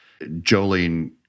Jolene